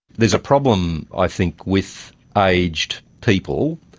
there's a problem, i think, with aged people.